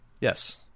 Yes